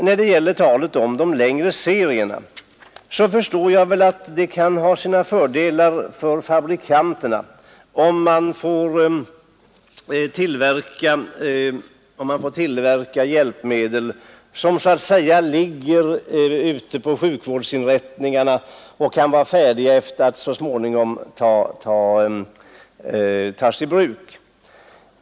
När det gäller talet om de längre serierna förstår jag väl att det kan ha sina fördelar för fabrikanterna om de får tillverka hjälpmedel som ligger ute på sjukvårdsinrättningarna och kan vara färdiga att så småningom tas i bruk.